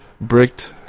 bricked